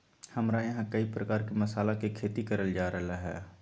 हमरा यहां कई प्रकार के मसाला के खेती करल जा रहल हई